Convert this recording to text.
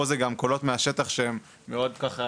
פה זה גם קולות מהשטח שהם מאוד משמעותיים.